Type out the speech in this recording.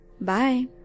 Bye